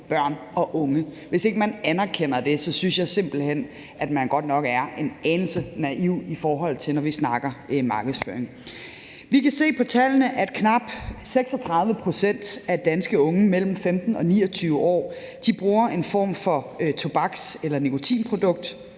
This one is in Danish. børn og unge. Hvis ikke man anerkender det, synes jeg simpelt hen at man godt nok er en anelse naiv, når vi snakker markedsføring. Vi kan se på tallene, at knap 36 pct. af danske unge mellem 15 og 29 år bruger en form for tobaks- eller nikotinprodukt.